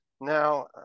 Now